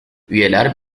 üyeler